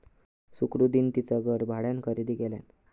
सुकृतीन तिचा घर भाड्यान खरेदी केल्यान